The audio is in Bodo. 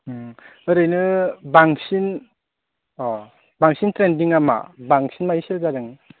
ओरैनो बांसिन अ बांसिन ट्रेन्दि नामा बांसिननायसो जादों